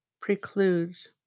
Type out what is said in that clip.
precludes